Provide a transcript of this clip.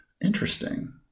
Interesting